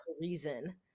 reason